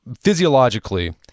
physiologically